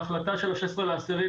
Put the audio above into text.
בהחלטה של ה-16 באוקטובר,